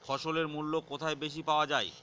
ফসলের মূল্য কোথায় বেশি পাওয়া যায়?